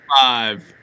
five